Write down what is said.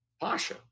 Pasha